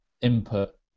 input